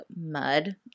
mud